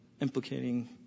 implicating